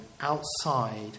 outside